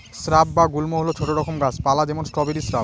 shrub বা গুল্ম হল ছোট রকম গাছ পালা যেমন স্ট্রবেরি শ্রাব